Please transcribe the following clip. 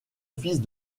fils